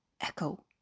echo